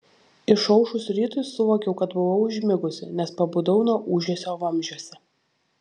išaušus rytui suvokiau kad buvau užmigusi nes pabudau nuo ūžesio vamzdžiuose